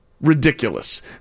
ridiculous